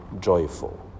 joyful